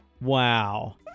wow